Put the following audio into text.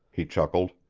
he chuckled.